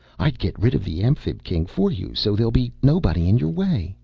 i'd get rid of the amphib-king for you so there'll be nobody in your way!